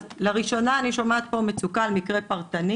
אז לראשונה אני שומעת פה מצוקה על מקרה פרטני